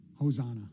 Hosanna